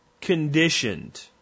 conditioned